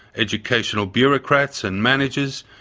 educational bureaucrats and managers,